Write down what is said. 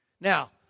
Now